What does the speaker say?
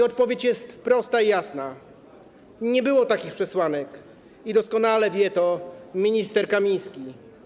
Odpowiedź jest prosta i jasna: nie było takich przesłanek i doskonale o tym wie minister Kamiński.